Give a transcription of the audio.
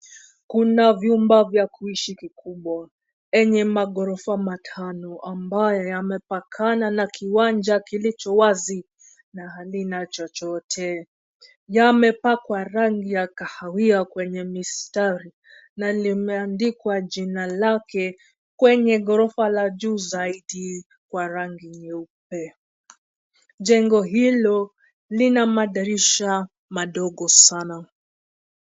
Kuna vyumba vya kuishi kikubwa, enye maghorofa matano ambayo yamepakana na kiwanja kilicho wazi, na halina chochote. Yamepakwa rangi ya kahawia kwenye mistari, na limeandikwa jina lake kwenye ghorofa la juu zaidi kwa rangi nyeupe. Jengo hilo lina madirisha madogo sana.